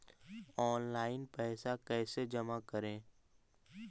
Online पैसा कैसे जमा करे?